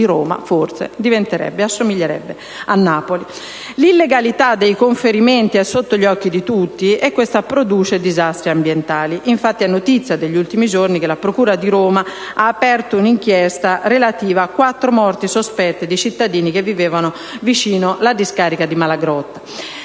L'illegalità dei conferimenti è sotto gli occhi di tutti e questa produce disastri ambientali. Infatti, è notizia degli ultimi giorni che la procura di Roma ha aperto un'inchiesta relativa a quattro morti sospette di cittadini che vivevano vicino la discarica di Malagrotta.